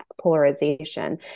polarization